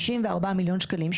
תשעים וארבעה מיליון שקלים,